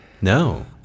No